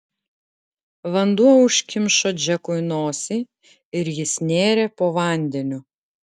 vanduo užkimšo džekui nosį ir jis nėrė po vandeniu